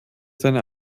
seine